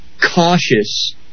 cautious